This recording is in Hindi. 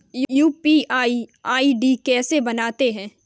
यू.पी.आई आई.डी कैसे बनाते हैं?